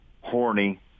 Horny